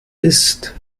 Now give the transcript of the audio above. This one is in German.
ist